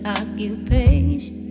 occupation